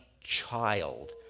child